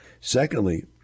secondly